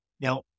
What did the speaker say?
Now